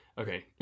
Okay